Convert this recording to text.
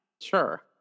sure